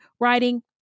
writing